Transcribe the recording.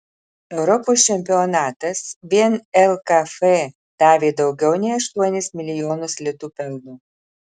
europos čempionatas vien lkf davė daugiau nei aštuonis milijonus litų pelno